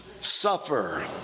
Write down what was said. suffer